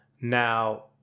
Now